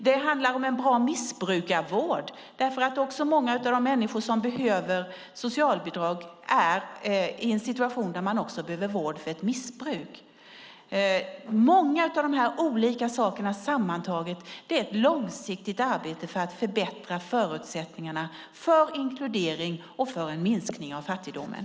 Det handlar om en bra missbrukarvård, därför att många av de människor som behöver socialbidrag är i situationen att de också behöver vård för ett missbruk. Många av de här olika sakerna sammantaget är ett långsiktigt arbete för att förbättra förutsättningarna för inkludering och för en minskning av fattigdomen.